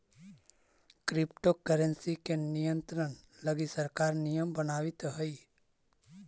crypto currency के नियंत्रण लगी सरकार नियम बनावित हइ